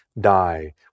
die